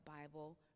bible